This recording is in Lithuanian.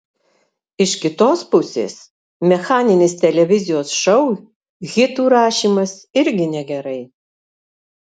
iš kitos pusės mechaninis televizijos šou hitų rašymas irgi negerai